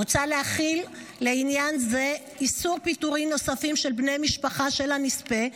מוצע להחיל לעניין זה איסור פיטורים נוסף של בני משפחה של הנספה,